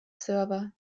server